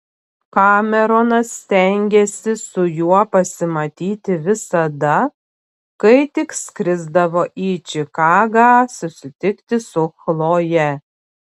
kameronas stengėsi su juo pasimatyti visada kai tik skrisdavo į čikagą susitikti su chloje